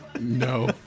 No